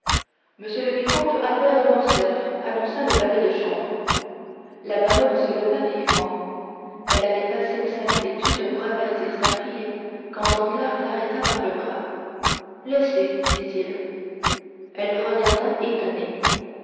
m le vicomte albert de morcerf annonça le valet de chambre la baronne se leva vivement elle allait passer au salon d'études pour avertir sa fille quand danglars l'arrêta par le bras laissez dit-il elle le regarda étonnée